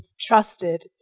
trusted